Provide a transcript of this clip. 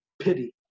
pity